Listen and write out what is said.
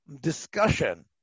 discussion